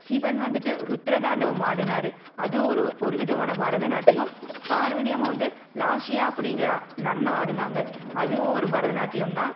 சிவன் வந்துட்டு ருத்ரதாண்டவம் ஆடினாரு அதுவும் ஒரு ஒரு விதமான பரதநாட்டியம் பார்வதி அம்மா வந்து லாஷியா அப்படிங்குற நடனம் ஆடினாங்க அதுவும் ஒரு பரதநாட்டியம் தான்